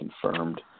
confirmed